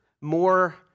more